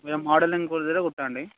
అదే మోడలింగ్ కుదిరితే కుట్టండి